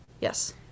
yes